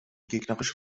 gegnerische